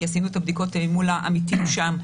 כי עשינו את הבדיקות מול העמיתים שם,